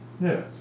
Yes